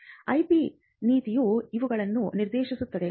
IP ನೀತಿಯು ಇವುಗಳನ್ನು ನಿರ್ದೇಶಿಸುತ್ತದೆ